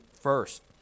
first